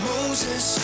Moses